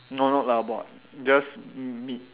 no not lard pork just m~ meat